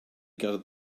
gutted